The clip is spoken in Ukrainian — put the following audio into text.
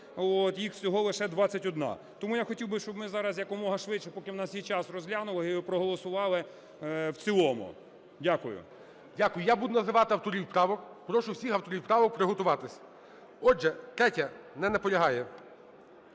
їх всього лише 21. Тому я хотів би, щоб ми зараз якомога швидше, поки в нас є час, розглянули його і проголосували в цілому. Дякую. ГОЛОВУЮЧИЙ. Дякую. Я буду називати авторів правок. Прошу всіх авторів правок приготуватися. Отже, 3-я. Не наполягає.